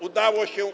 Udało się?